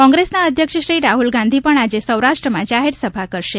કોંગ્રેસના અધ્યક્ષ શ્રી રાહ઼લ ગાંધી પણ આજે સૌરાષ્ટ્રમાં જાહેરસભા કરશે